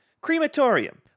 Crematorium